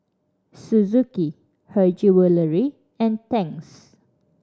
Suzuki Her Jewellery and Tangs